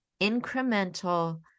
incremental